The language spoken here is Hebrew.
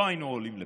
לא היינו עולים לפה.